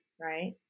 right